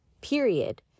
Period